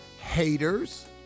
Haters